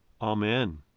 Amen